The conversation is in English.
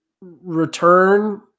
return